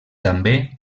també